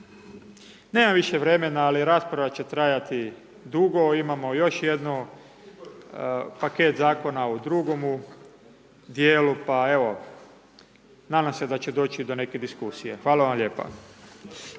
Nemam više vremena, ali rasprava će trajati dugo, imamo još jedan paket zakona u drugomu djelu pa evo, nadam se da će doći do neke diskusije. Hvala vam lijepa.